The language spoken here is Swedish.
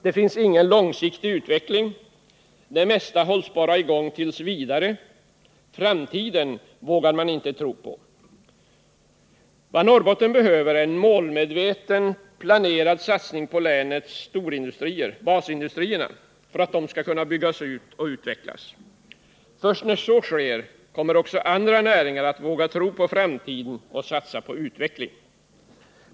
Det finns ingen långsiktig utveckling. Det mesta hålls bara i gång tills vidare. Framtiden vågar man inte tro på. Vad Norrbotten behöver är en målmedveten, planerad satsning på länets storindustrier — basindustrierna — för att de skall kunna byggas ut och utvecklas. Först när så sker kommer även andra näringar att våga tro på framtiden och satsa på utveckling.